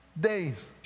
days